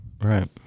Right